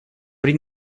при